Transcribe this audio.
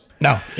No